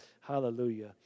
Hallelujah